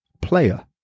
player